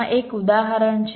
આ એક ઉદાહરણ છે